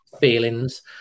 feelings